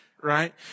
right